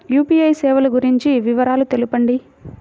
UPI సేవలు గురించి వివరాలు తెలుపండి?